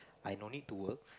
I no need to work